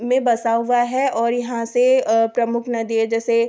में बसा हुआ है और यहाँ से प्रमुख नदी है जैसे